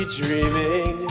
dreaming